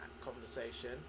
conversation